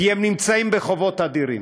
כי הם נמצאים בחובות אדירים.